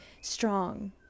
strong